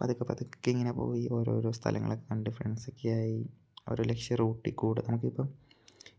പതുക്കെ പതുക്കെ ഇങ്ങനെ പോയി ഓരോരോ സ്ഥലങ്ങൾ ഒക്കെ കണ്ട് ഫ്രണ്ട്സൊക്കെയായി അവരെ ലക്ഷ്യം റോട്ടിക്കൂടെ നമുക്ക് ഇപ്പം